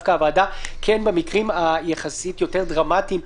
דווקא הוועדה במקרים היחסית יותר דרמטיים,